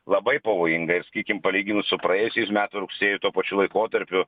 labai pavojinga ir sakykim palyginus su praėjusiais metų rugsėju tuo pačiu laikotarpiu